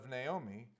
Naomi